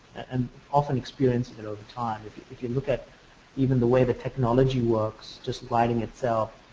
and often experience and all the time if if you look at even the way the technology works just writing itself,